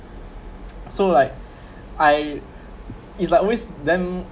so like I it's like always then